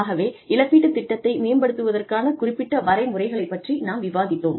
ஆகவே இழப்பீட்டுத் திட்டத்தை மேம்படுத்துவதற்கான குறிப்பிட்ட வரை முறைகளைப் பற்றி நாம் விவாதித்தோம்